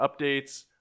updates